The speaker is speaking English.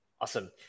Awesome